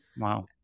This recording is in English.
Wow